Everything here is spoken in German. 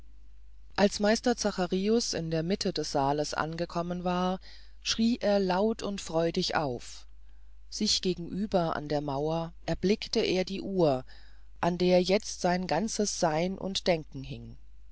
als meister zacharius in der mitte des saales angekommen war schrie er laut und freudig auf sich gegenüber an der mauer erblickte er die uhr an der jetzt sein ganzes sein und denken hing